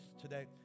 today